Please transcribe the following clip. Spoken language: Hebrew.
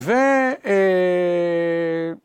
ואהה...